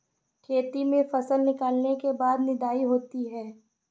खेती में फसल निकलने के बाद निदाई होती हैं?